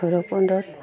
ভৈৰৱকুণ্ডত